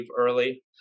early